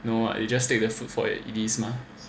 no [what] you just take the food for it is mah